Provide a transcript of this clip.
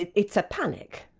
it's a panic,